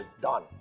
done